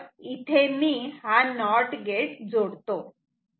तर इथे मी हा नॉट गेट जोडतो